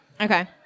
Okay